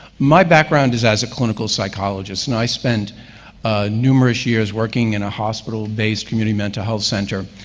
my background is as a clinical psychologist, and i spent numerous years working in a hospital-based community mental health center,